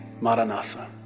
Maranatha